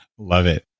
love it.